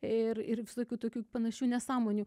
ir ir visokių tokių panašių nesąmonių